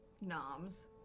noms